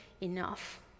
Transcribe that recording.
enough